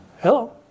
Hello